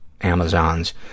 Amazons